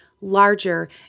larger